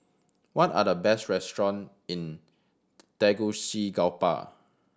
what are the best restaurant in Tegucigalpa